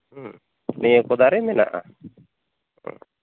ᱦᱮᱸ ᱱᱤᱭᱟᱹ ᱠᱚ ᱫᱟᱨᱮ ᱢᱮᱱᱟᱜᱼᱟ